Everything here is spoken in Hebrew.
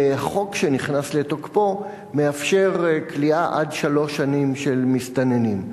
וחוק שנכנס לתוקפו מאפשר כליאה עד שלוש שנים של מסתננים.